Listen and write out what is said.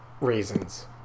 Reasons